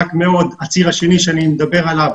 הציר השני שאני מדבר עליו